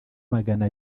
magana